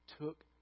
took